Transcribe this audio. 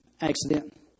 Accident